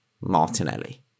Martinelli